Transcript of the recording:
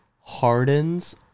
hardens